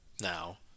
now